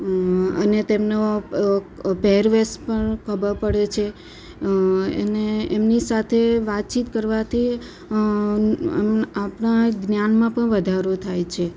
અ અને તેમનો પહેરવેશ પણ ખબર પડે છે એને એમની સાથે વાતચીત કરવાથી આપણાં જ્ઞાનમાં પણ વધારો થાય છે